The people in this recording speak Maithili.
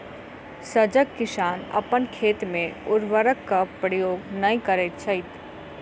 सजग किसान अपन खेत मे उर्वरकक प्रयोग नै करैत छथि